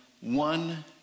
one